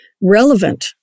relevant